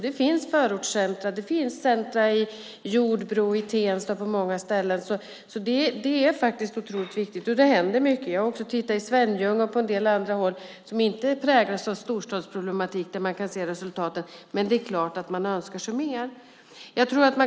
Det finns till exempel i förortscentrum som Jordbro och Tensta, och detta är otroligt viktigt. Det händer mycket. Jag har också tittat i Svenljunga och på en del andra håll som inte präglas av storstadsproblem, och där kan man se resultat, men det är klart att man önskar sig mer.